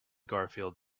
garfield